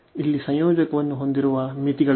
ನಾವು ಇಲ್ಲಿ ಸಂಯೋಜಕವನ್ನು ಹೊಂದಿರುವ ಮಿತಿಗಳಾಗಿವೆ